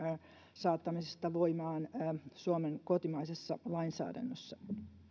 saattamisesta voimaan suomen kotimaisessa lainsäädännössä